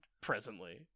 presently